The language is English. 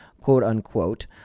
quote-unquote